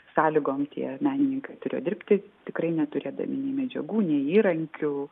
sąlygom tie menininkai turėjo dirbti tikrai neturėdami nei medžiagų nei įrankių